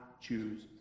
choose